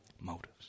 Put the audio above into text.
motives